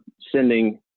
sending